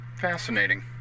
Fascinating